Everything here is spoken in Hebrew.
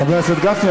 חבר הכנסת גפני,